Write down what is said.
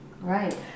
Right